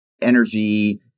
energy